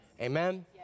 Amen